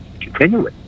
continue